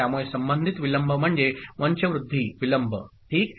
त्यामुळे संबंधित विलंबम्हणजे वंशवृध्दी विलंब ठीक